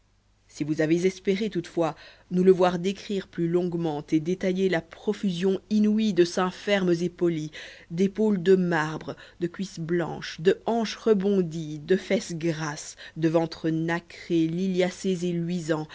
si vous avez espéré toutefois nous le voir décrire plus longuement et détailler la profusion inouïe de seins fermes et polis d'épaules de marbre de cuisses blanches de hanches rebondies de fesses grasses de ventres nacrés liliacés et